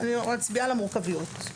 אני מצביעה על המורכבויות.